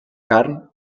carn